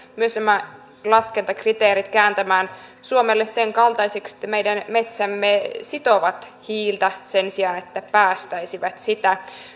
myös nämä laskentakriteerit kääntämään suomelle senkaltaisiksi että meidän metsämme sitovat hiiltä sen sijaan että päästäisivät sitä